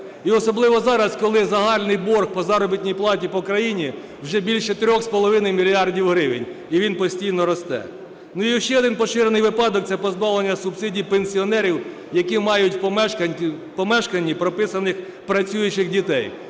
і особливо зараз, коли загальний борг по заробітній платі по країні вже більше 3,5 мільярдів гривень, і він постійно росте. І ще один поширений випадок – це позбавлення субсидій пенсіонерів, які мають в помешканні прописаних працюючих дітей.